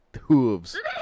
hooves